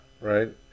right